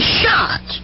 shot